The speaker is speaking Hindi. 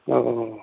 भऽ गेलौ